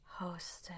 Hosted